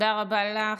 תודה רבה לך,